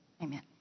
Amen